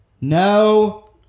no